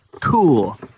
Cool